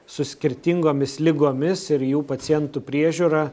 su skirtingomis ligomis ir jų pacientų priežiūra